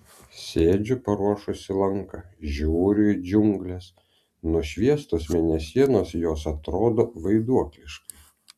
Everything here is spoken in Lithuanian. sėdžiu paruošusi lanką žiūriu į džiungles nušviestos mėnesienos jos atrodo vaiduokliškai